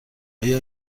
آیا